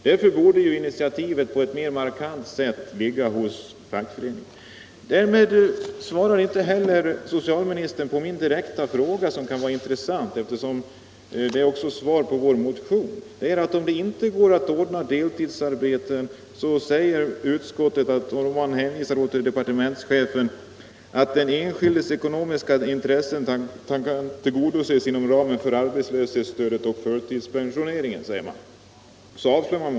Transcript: Därför borde initiativet på ett mer markant sätt ligga hos fackföreningarna. Socialministern har inte heller svarat på min direkta fråga — vilket skulle ha varit intressant, eftersom det också är svaret på vår motion. Om det inte går att ordna deltidsarbete, säger utskottet — och hänvisar därvid till departementschefen — att den enskildes ekonomiska intressen torde ”kunna tillgodoses inom ramen för arbetslöshetsstödet och förtidspensioneringen”.